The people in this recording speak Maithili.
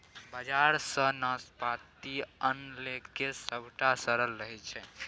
बजार सँ नाशपाती आनलकै सभटा सरल रहय